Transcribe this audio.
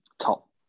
top